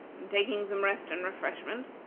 and taking some rest and refreshment,